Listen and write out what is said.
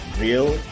real